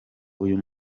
uyu